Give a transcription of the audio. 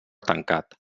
tancat